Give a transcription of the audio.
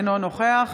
אינו נוכח